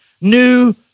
new